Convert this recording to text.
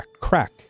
crack